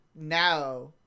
now